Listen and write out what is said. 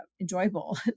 enjoyable